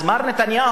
אז מר נתניהו,